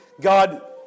God